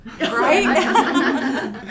Right